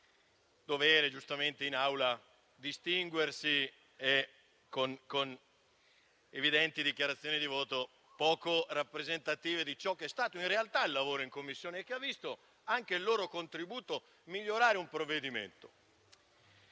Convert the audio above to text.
doversi giustamente distinguere in Aula con evidenti dichiarazioni di voto poco rappresentative di ciò che è stato in realtà il lavoro in Commissione, che ha visto anche il loro contributo per migliorare il provvedimento.